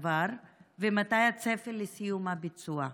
מתי הצפי לסיום הביצוע?